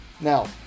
Now